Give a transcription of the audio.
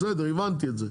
בסדר הבנתי את זה,